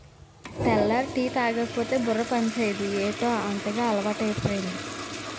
తెల్లారి టీ తాగకపోతే బుర్ర పనిచేయదు ఏటౌ అంతగా అలవాటైపోయింది